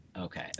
Okay